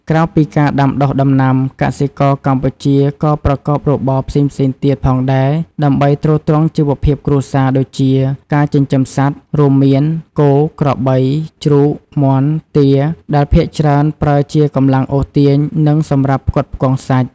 ក្រៅពីការដាំដុះដំណាំ កសិករកម្ពុជាក៏ប្រកបរបរផ្សេងៗទៀតផងដែរដើម្បីទ្រទ្រង់ជីវភាពគ្រួសារ ដូចជា ការចិញ្ចឹមសត្វ រួមមាន គោ ក្របី ជ្រូក មាន់ ទា ដែលភាគច្រើនប្រើជាកម្លាំងអូសទាញ និងសម្រាប់ផ្គត់ផ្គង់សាច់។